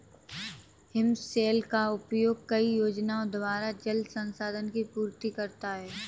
हिमशैल का उपयोग कई योजनाओं द्वारा जल संसाधन की पूर्ति करता है